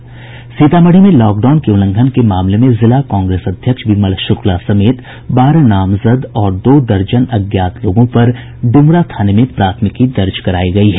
सीतामढ़ी में लॉकडाउन के उल्लंघन के मामले में जिला कांग्रेस अध्यक्ष विमल शुक्ला समेत बारह नामजद और दो दर्जन अज्ञात लोगों पर डुमरा थाने में प्राथमिकी दर्ज करायी गयी है